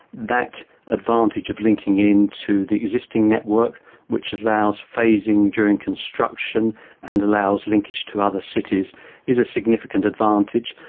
that advantage of linking in to the existing network which allows phasing during construction and allows linkage to other cities is a significant advantage.